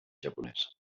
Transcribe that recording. japonès